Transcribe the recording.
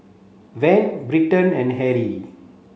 Van Britton and Harry